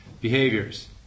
behaviors